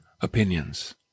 opinions